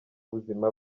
buzima